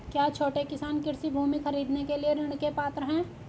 क्या छोटे किसान कृषि भूमि खरीदने के लिए ऋण के पात्र हैं?